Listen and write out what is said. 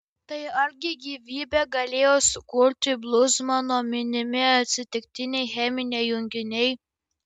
tai argi gyvybę galėjo sukurti bluzmano minimi atsitiktiniai cheminiai junginiai